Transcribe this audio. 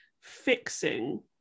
fixing